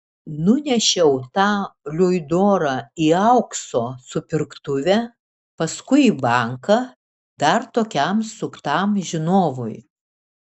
nunešiau tą luidorą į aukso supirktuvę paskui į banką dar tokiam suktam žinovui